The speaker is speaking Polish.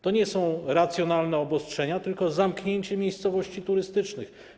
To nie są racjonalne obostrzenia, tylko zamknięcie miejscowości turystycznych.